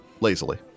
lazily